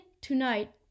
tonight